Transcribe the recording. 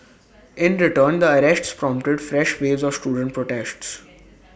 in return the arrests prompted fresh waves of student protests